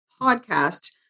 podcast